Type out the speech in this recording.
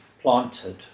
planted